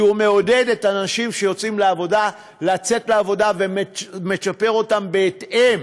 כי הוא מעודד אנשים שיוצאים לעבודה לצאת לעבודה ומצ'פר אותם בהתאם,